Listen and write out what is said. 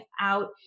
out